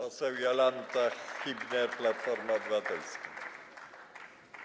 Poseł Jolanta Hibner, Platforma Obywatelska.